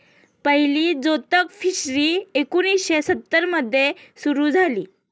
पहिली जोतक फिशरी एकोणीशे सत्तर मध्ये सुरू झाली